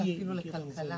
לתקציב משרד האנרגיה.